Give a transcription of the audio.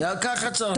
ככה צריך.